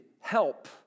help